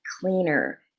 cleaner